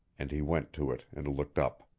and he went to it and looked up.